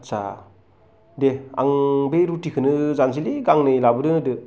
आच्चा दे आं बै रुटिखौनो जानोसैलै गांनै लाबोनो होदो